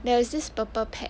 there's this purple pack